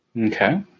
Okay